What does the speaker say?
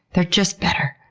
they're just better.